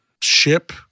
ship